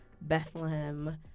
Bethlehem